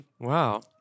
Wow